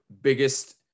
biggest